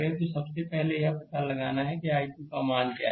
तो सबसे पहले यह पता लगाना है कि I2 का मान क्या है